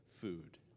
food